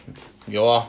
有啊